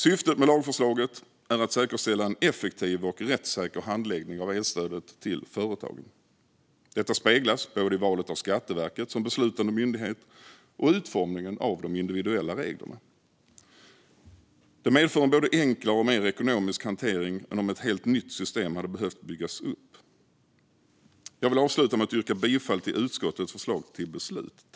Syftet med lagförslaget är att säkerställa en effektiv och rättssäker handläggning av elstödet till företag. Detta speglas både i valet av Skatteverket som beslutande myndighet och i utformningen av de individuella reglerna. Det medför en både enklare och mer ekonomisk hantering än om ett helt nytt system hade behövt byggas upp. Jag avslutar med att yrka bifall till utskottets förslag till beslut.